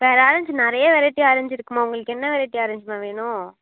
வேறு ஆரஞ்ச் நிறைய variety orange இருக்குதும்மா உங்களுக்கு என்ன வெரைட்டி ஆரஞ்சும்மா வேணும்